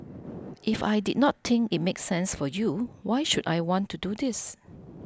if I did not think it make sense for you why should I want to do this